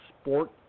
sport